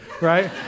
right